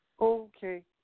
okay